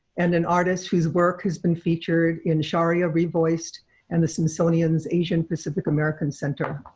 and an artist whose work has been featured in sharia revoiced and the smithsonian's asian pacific american center,